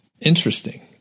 Interesting